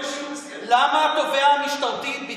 למה התובע המשטרתי ביקש?